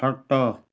ଖଟ